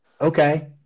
okay